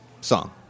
song